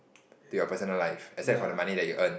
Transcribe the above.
to your personal life except for the money that you earn